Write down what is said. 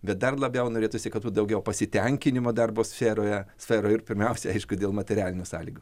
bet dar labiau norėtųsi kad būtų daugiau pasitenkinimo darbo sferoje sferoj ir pirmiausia aišku dėl materialinių sąlygų